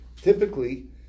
typically